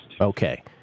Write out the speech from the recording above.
okay